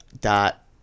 dot